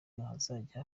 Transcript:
abazajya